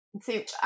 See